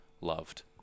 loved